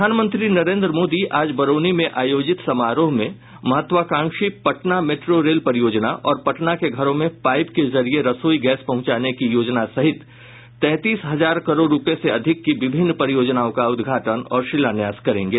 प्रधानमंत्री नरेन्द्र मोदी आज बरौनी में आयोजित समारोह में महत्वाकांक्षी पटना मेट्रो रेल परियोजना और पटना के घरों में पाईप के जरिये रसोई गैस पहुंचाने की योजना सहित तैंतीस हजार करोड़ रूपये से अधिक की विभिन्न परियोजनाओं का उद्घाटन और शिलान्यास करेंगे